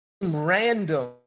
random